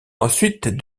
ensuite